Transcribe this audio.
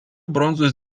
bronzos